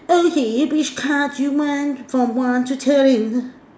okay which card you want from one to thirteen